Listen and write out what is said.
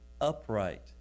upright